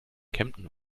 kempten